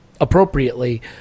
appropriately